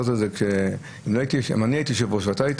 אם אני הייתי יושב ראש הוועדה,